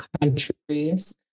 countries